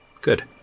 Good